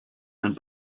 and